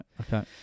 Okay